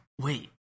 wait